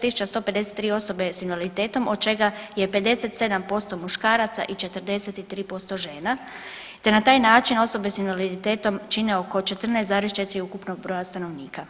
tisuća 153 osobe sa invaliditetom od čega je 57% muškaraca i 43% žena, te na taj način osobe sa invaliditetom čine oko 14,4 ukupnog broja stanovnika.